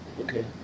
Okay